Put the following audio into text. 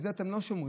את זה אתם לא שומרים,